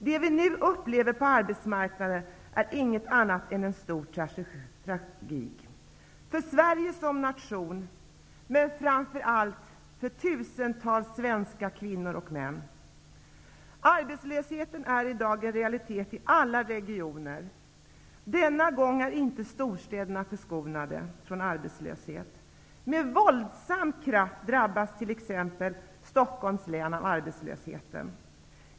Det vi nu upplever på arbetsmarknaden är ingenting annat än en stor tragedi för Sverige som nation men framför allt för tusentals svenska kvinnor och män. Arbetslösheten är i dag en realitet i alla regioner. Denna gång är inte storstäderna förskonade från arbetslöshet. Med våldsam kraft drabbas t.ex. Stockholms län av arbetslösheten.